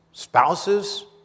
spouses